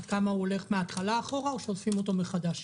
עד כמה הוא הולך מההתחלה אחורה או אוספים אותו מחדש?